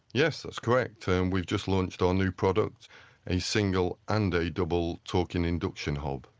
yes that's correct, um we've just launched our new product a single and a double talking induction hob.